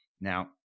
Now